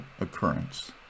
occurrence